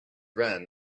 ran